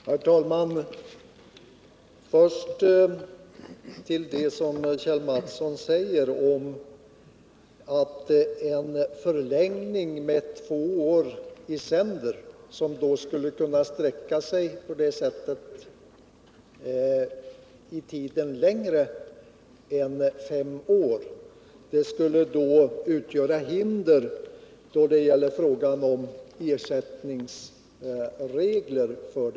Herr talman! Kjell Mattsson sade att en förlängning med två år i sänder, som på så sätt skulle kunna sträcka sig längre än fem år, skulle utgöra ett hinder i fråga om ersättningsregler.